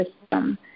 system